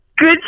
Good